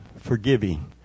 forgiving